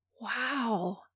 Wow